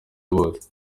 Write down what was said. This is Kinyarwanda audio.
bose